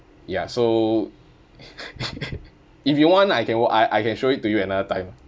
ya so if you want I can w~ I I can show it to you another time